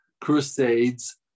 Crusades